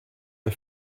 her